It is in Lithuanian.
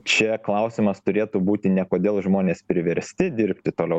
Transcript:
čia klausimas turėtų būti ne kodėl žmonės priversti dirbti toliau